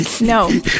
No